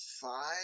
five